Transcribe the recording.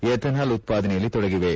ethanol ಉತ್ಪಾದನೆಯಲ್ಲಿ ತೊಡಗಿವೆ